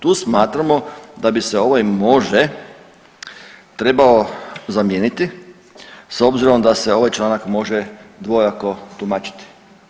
Tu smatramo da bi se ovaj može trebao zamijeniti s obzirom da se ovaj članak može dvojako tumačiti.